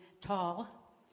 tall